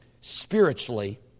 spiritually